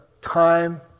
time